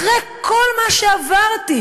אחרי כל מה שעברתי,